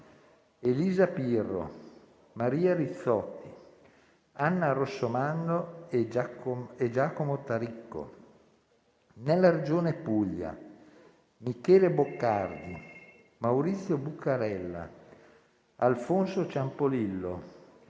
Elisa Pirro, Maria Rizzotti, Anna Rossomando e Giacomo Taricco; nella Regione Puglia: Michele Boccardi, Maurizio Buccarella, Alfonso Ciampolillo,